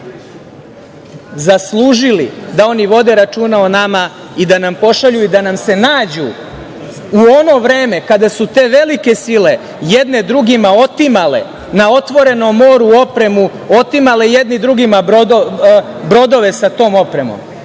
zaslužili da oni vode računa o nama i da nam pošalju i da nam se nađu u ono vreme kada su te velike sile jedne drugima otimale na otvorenom mogu opremu, otimale jedni drugima brodove sa tom opremom,